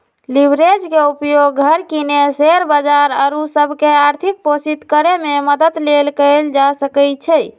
leverage के उपयोग घर किने, शेयर बजार आउरो सभ के आर्थिक पोषित करेमे मदद लेल कएल जा सकइ छै